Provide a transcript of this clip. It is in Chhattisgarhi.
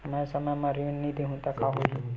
मैं समय म ऋण नहीं देहु त का होही